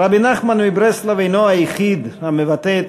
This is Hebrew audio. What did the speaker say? רבי נחמן מברסלב אינו היחיד המבטא את